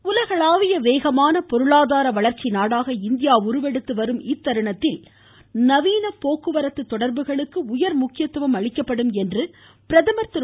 பிரதமர் உலகளாவிய வேகமான பொருளாதார வளர்ச்சி நாடாக இந்தியா உருவெடுக்கும் இத்தருணத்தில் நவீன போக்குவரத்து தொடர்புகளுக்கு உயர் முக்கியத்துவம் அளிக்கப்படும் என்று பிரதமர் திரு